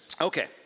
Okay